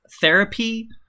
therapy